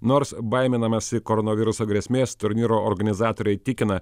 nors baiminamasi koronaviruso grėsmės turnyro organizatoriai tikina